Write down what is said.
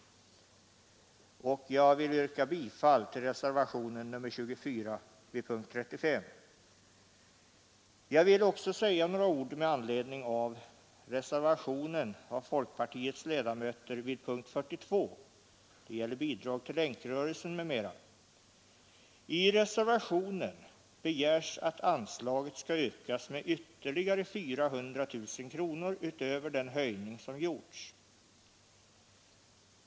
Jag yrkar bifall till reservationen 24 vid punkten 35. Jag vill också säga några ord med anledning av reservationen av folkpartiets ledamöter vid punkten 42 angående Bidrag till Länkrörelsen m.m. I reservationen begärs att anslaget skall ökas med ytterligare 400 000 kronor utöver den höjning som gjorts.